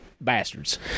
Bastards